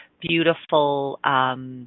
beautiful